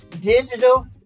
digital